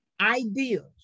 ideas